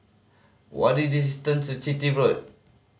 what distance Chitty Road